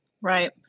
Right